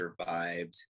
survived